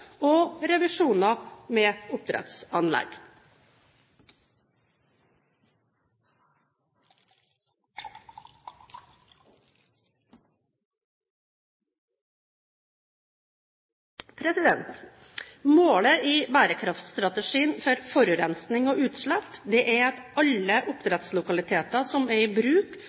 og revisjoner med oppdrettsanlegg. Målet i bærekraftstrategien for forurensning og utslipp er: «Alle oppdrettslokaliteter som er i bruk